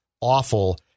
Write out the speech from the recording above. awful